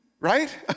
right